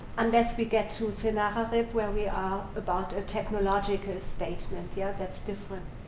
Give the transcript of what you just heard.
unless we get to sennacherib where we are about a technological statement. yeah that's different.